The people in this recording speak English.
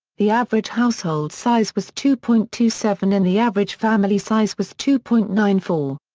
the average household size was two point two seven and the average family size was two point nine four.